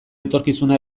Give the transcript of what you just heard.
etorkizuna